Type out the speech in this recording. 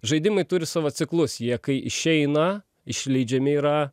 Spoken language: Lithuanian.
žaidimai turi savo ciklus jie kai išeina išleidžiami yra